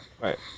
Right